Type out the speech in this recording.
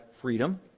freedom